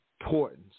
importance